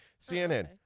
CNN